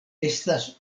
estas